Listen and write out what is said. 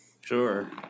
Sure